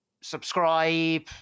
subscribe